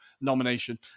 nomination